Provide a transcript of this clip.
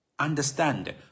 Understand